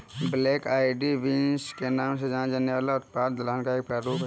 black eyed beans के नाम से जाना जाने वाला उत्पाद दलहन का एक प्रारूप है